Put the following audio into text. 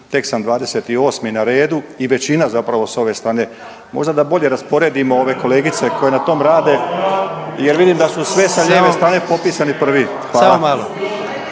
tek sam 28. na redu i većina zapravo s ove strane, možda da bolje rasporedimo ove kolegice koje na tom rade jer vidim da su sve sa lijeve strane popisani prvi. Hvala.